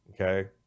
okay